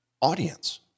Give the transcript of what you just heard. audience